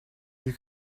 you